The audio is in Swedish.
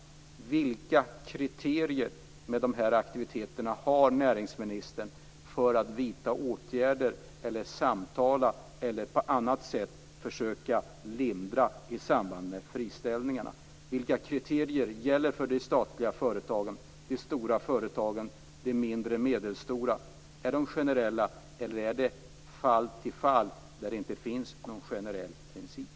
Vilka kriterier har näringsministern med dessa aktiviteter för att vidta åtgärder, samtala eller på annat sätt försöka lindra effekterna i samband med friställningarna? Vilka kriterier gäller för de statliga företagen, de stora och de mindre och medelstora företagen? Är de generella eller gäller de från fall till fall när det inte finns någon generell princip?